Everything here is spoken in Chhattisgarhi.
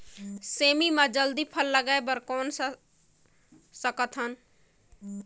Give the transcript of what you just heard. सेमी म जल्दी फल लगाय बर कौन कर सकत हन?